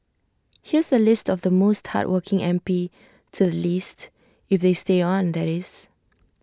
here's A list of the most hardworking M P to the least if they stay on that is